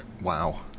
Wow